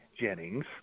Jennings